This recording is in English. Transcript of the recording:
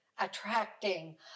attracting